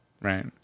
right